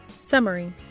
Summary